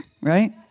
right